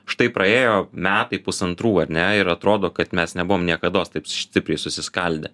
štai praėjo metai pusantrų ar ne ir atrodo kad mes nebuvom niekados taip stipriai susiskaldę